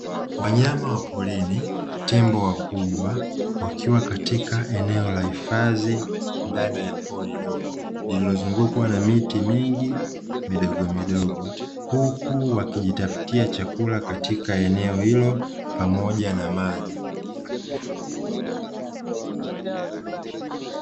Wafanya wa porini tembo wakubwa wakiwa katika eneo la hifadhi ndani ya pori dogo lililozungukwa na miti mingi midogo midogo. Huku wakijitafutia chakula katika eneo hilo pamoja na maji.